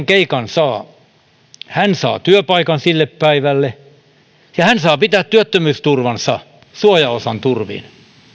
keikan saa saa työpaikan sille päivälle ja hän saa pitää työttömyysturvansa suojaosan turvin